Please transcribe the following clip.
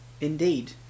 Indeed